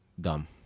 dumb